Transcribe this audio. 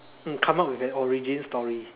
mm come up with an origin story